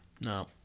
No